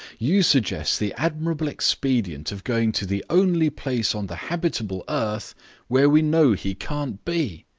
you suggest the admirable expedient of going to the only place on the habitable earth where we know he can't be.